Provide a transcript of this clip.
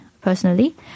personally